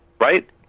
right